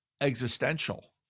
existential